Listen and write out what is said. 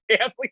family